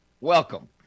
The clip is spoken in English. Welcome